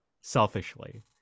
selfishly